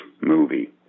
movie